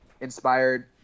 inspired